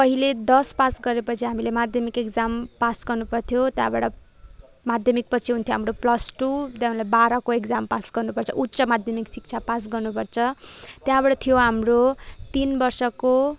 पहिले दस पास गरेपछि हामीले माध्यमिक इक्जाम पास गर्नु पर्थ्यो त्यहाँबाट माध्यमिकपछि हुन्थ्यो हाम्रो प्लस टू त्यहाँबाट बाह्रको इक्जाम पार गर्नु पर्छ उच्च माध्यमिक शिक्षा पास गर्नु पर्छ त्यहाँबाट थियो हाम्रो तिन वर्षको